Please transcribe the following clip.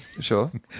Sure